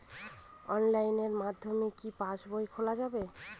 অনলাইনের মাধ্যমে কি পাসবই খোলা যাবে?